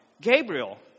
Gabriel